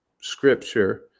Scripture